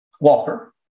Walker